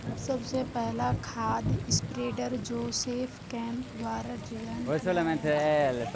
सबसे पहला खाद स्प्रेडर जोसेफ केम्प द्वारा डिजाइन किया गया था